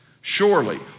Surely